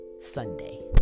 Sunday